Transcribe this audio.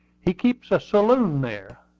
he keeps a saloon there.